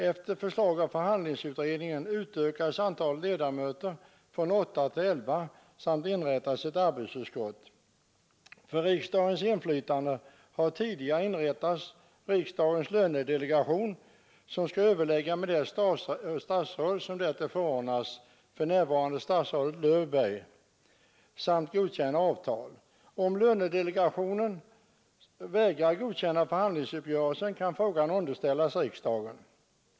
Efter förslag av förhandlingsutredningen utökades antalet styrelseledamöter från åtta till elva samt inrättades ett arbetsutskott. För riksdagens inflytande har tidigare inrättats riksdagens lönedelegation som skall överlägga med det statsråd som därtill förordnats, för närvarande statsrådet Löfberg, samt godkänna avtal. Om lönedelegationen vägrar godkänna förhandlingsuppgörelsen kan frågan underställas riksdagen.